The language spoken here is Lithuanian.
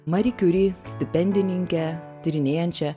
mari kiuri stipendininke tyrinėjančia